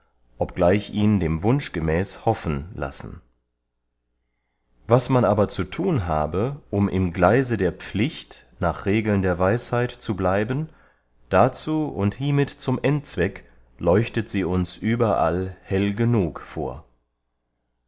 obgleich ihn dem wunsche gemäß hoffen lassen was man aber zu thun habe um im gleise der pflicht nach regeln der weisheit zu bleiben dazu und hiemit zum endzweck leuchtet sie uns überall hell genug vor